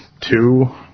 two